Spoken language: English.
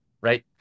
right